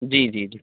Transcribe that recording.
جی جی جی